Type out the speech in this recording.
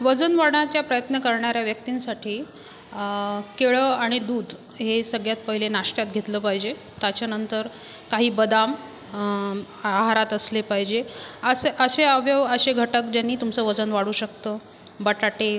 वजन वाढवण्याचा प्रयत्न करणाऱ्या व्यक्तींसाठी केळं आणि दूध हे सगळ्यात पहिले नाश्त्यात घेतलं पाहिजे त्याच्यानंतर काही बदाम आहारात असले पाहिजे असे असे अवयव असे घटक ज्यांनी तुमचं वजन वाढू शकतं बटाटे